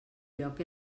lloc